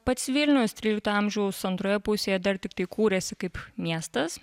pats vilnius trylikto amžiaus antroje pusėje dar tiktai kūrėsi kaip miestas